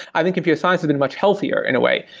i think computer science has been much healthier in a way,